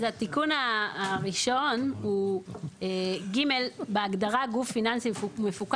אז התיקון הראשון הוא (ג) בהגדרת גוף פיננסי מפוקח.